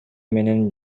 менен